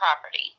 property